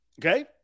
Okay